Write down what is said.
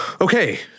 Okay